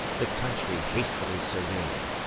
the country hastily surveyed,